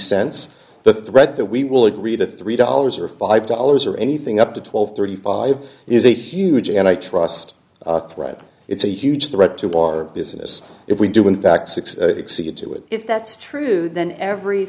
cents the threat that we will agree to three dollars or five dollars or anything up to twelve thirty five is a huge and i trust it's a huge threat to our business if we do in fact six see to it if that's true then every